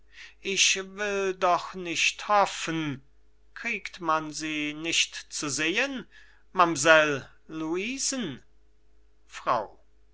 ich will doch nicht hoffen kriegt man sie nicht zu sehen mamsell luisen frau